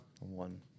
One